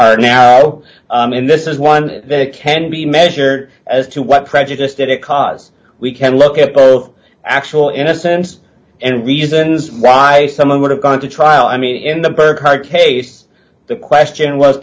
are now though and this is one that can be measured as to what prejudice did it cause we can look at both actual innocence and reasons why someone would have gone to trial i mean in the per card case the question was